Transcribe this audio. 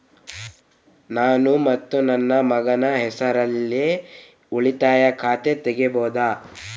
ನಾನು ಮತ್ತು ನನ್ನ ಮಗನ ಹೆಸರಲ್ಲೇ ಉಳಿತಾಯ ಖಾತ ತೆಗಿಬಹುದ?